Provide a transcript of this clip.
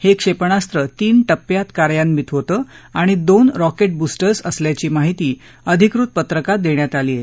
हे क्षेपणास्त्र तीन टप्प्यात कार्यान्वित होतं आणि दोन रॉकेट बुस्टर असल्याची माहिती अधिकृत पत्रकात देण्यात आलीय